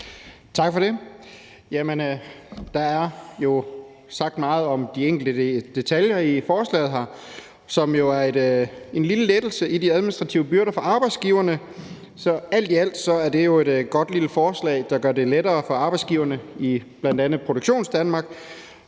Tak for det. Der er jo sagt meget om de enkelte detaljer i forslaget, som er en lille lettelse i de administrative byrder for arbejdsgiverne. Så alt i alt er det jo et godt lille forslag, der gør det lettere for arbejdsgiverne i bl.a. Produktionsdanmark,